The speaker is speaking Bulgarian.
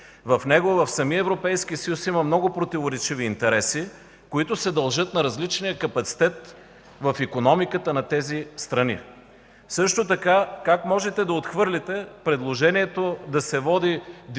процес. В самия Европейски съюз има много противоречиви интереси, които се дължат на различния капацитет в икономиката на тези страни. Също така как можете да отхвърляте предложението да се води дискусия